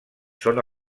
són